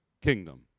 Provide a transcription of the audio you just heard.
kingdom